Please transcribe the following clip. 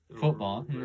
Football